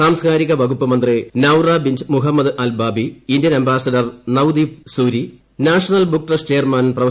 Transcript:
സാംസ്കാരിക വകുപ്പ് മന്ത്രി Noura bint Mohammed Al Kaabi Indian ambassador Navdeep Suri national book trust chairman prof